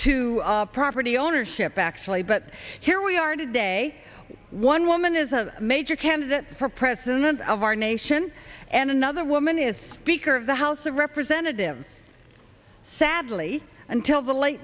to property ownership actually but here we are today one woman is a major candidate for president of our nation and another woman is speaker of the house of representatives sadly until the late